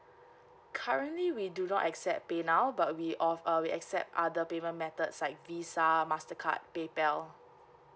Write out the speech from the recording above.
currently we do not accept paynow but we of uh we accept other payment methods like visa mastercard paypal